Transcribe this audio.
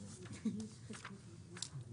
ביטוחי רכוש אגף שוק ההון,